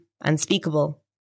unspeakable